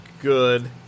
good